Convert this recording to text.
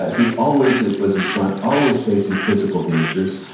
ah he always ah was in front, always facing physical dangers,